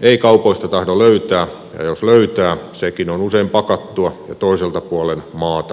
ei kaupoista tahdo löytää ja jos löytää sekin on usein pakattua ja toiselta puolen maata kuljetettua